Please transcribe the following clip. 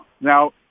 Now